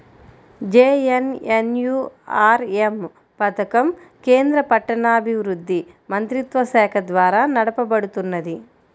JNNURM పథకం కేంద్ర పట్టణాభివృద్ధి మంత్రిత్వశాఖ ద్వారా నడపబడుతున్నది